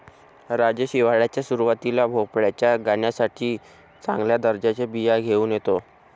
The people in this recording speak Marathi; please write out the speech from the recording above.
राजेश हिवाळ्याच्या सुरुवातीला भोपळ्याच्या गाण्यासाठी चांगल्या दर्जाच्या बिया घेऊन येतो